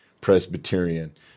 Presbyterian